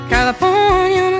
California